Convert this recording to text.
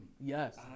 Yes